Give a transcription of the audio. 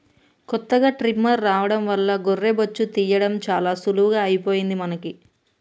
కొత్తగా ట్రిమ్మర్ రావడం వల్ల గొర్రె బొచ్చు తీయడం చాలా సులువుగా అయిపోయింది మనకి